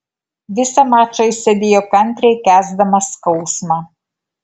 visą mačą išsėdėjo kantriai kęsdamas skausmą